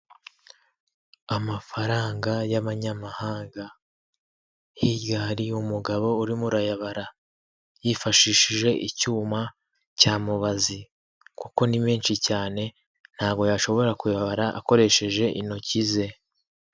Amafaranga y'abanyamahanga hirya hari umugabo urimo urayabara, yifashishije icyuma cya mubazi. Kuko ni benshi cyane ntabwo yashobora kubara akoresheje intoki ze.